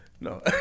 no